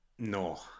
No